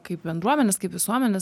kaip bendruomenės kaip visuomenės